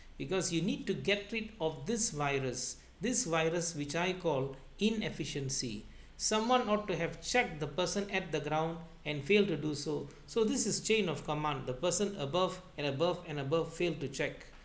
because you need to get rid of this virus this virus which I call inefficiency someone ought to have checked the person at the ground and failed to do so so this is chain of command the person above and above and above failed to check